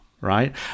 right